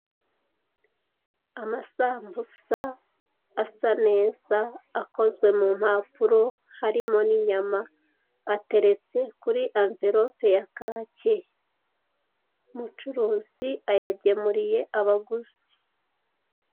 Amasambusa asa neza akozwe mu mpapuro harimo n'inyama, ateretse kuri amvirope ya kaki, umucuruzi ayagemuriye abaguzi.